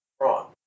wrong